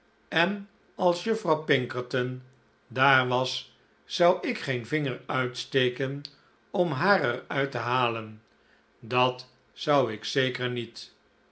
en als juffrouw pinkerton daar was zou ik geen vinger uitsteken om haar er uit te halen dat zou ik zeker niet